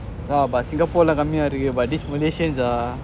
yeah but singapore ல கம்மியா இருக்கு:la kammiya irukku but this malaysia is the